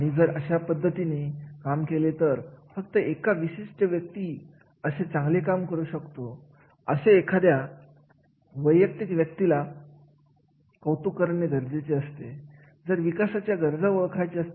जर कर्मचारी एखादे विशिष्ट कार्य करत असतील तर त्यामध्ये त्यांची माहिती हक्क तयार होत असते तेव्हा निश्चितपणे ते अशा कार्यासाठी खूप महत्त्व देत असतात